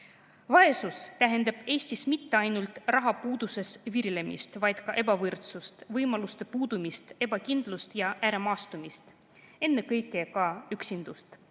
Vaesus tähendab Eestis mitte ainult rahapuuduses virelemist, vaid ka ebavõrdsust, võimaluste puudumist, ebakindlust ja ääremaastumist, ennekõike ka üksindust.